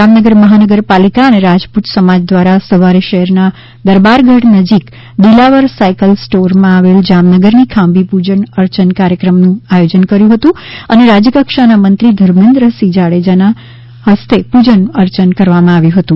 જામનગર મહાનગર પાલિકા અને રાજપૂત સમાજ દ્વારા સવારે શહેરના દરબારગઢ નજીક દિલાવર સાયકલ સ્ટોરમાં આવેલ જામનગર ની ખાંભી પૂજન અર્ચનનું કાર્યક્રમનું આયોજન કરવામાં આવ્યું હતું અને રાજ્યકક્ષાના મંત્રી ધર્મેન્દ્રસિંહ જાડેજાના હસ્તે પૂજન અર્ચન કરવામાં આવ્યું હતું